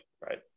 Right